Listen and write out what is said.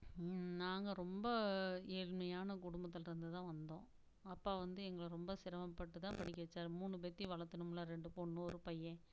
நாங்கள் ரொம்ப ஏழ்மையான குடும்பத்துலேருந்து தான் வந்தோம் அப்பா வந்து எங்களை ரொம்ப சிரமப்பட்டு தான் படிக்க வைச்சாரு மூணு பேத்தையும் வளக்கணும்ல ரெண்டு பொண்ணு ஒரு பையன்